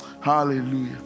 hallelujah